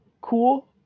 cool